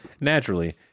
Naturally